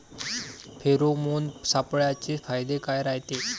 Pheromone सापळ्याचे फायदे काय रायते?